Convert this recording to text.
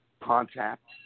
contact